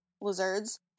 lizards